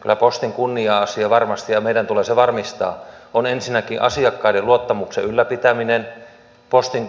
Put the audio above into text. kyllä postin kunnia asia varmasti ja meidän tulee se varmistaa on ensinnäkin asiakkaiden luottamuksen ylläpitäminen postin